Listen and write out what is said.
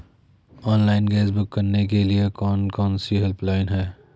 Online gas book करने के लिए कौन कौनसी हेल्पलाइन हैं?